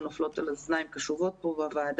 האלה נופלים על אוזניים קשובות כאן בוועדה.